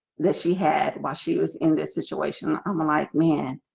that she had while she was in this situation. i'm like man.